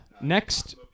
Next